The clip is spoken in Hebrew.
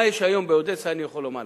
מה יש היום באודסה, אני יכול לומר לכם.